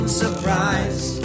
surprise